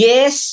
Yes